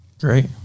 great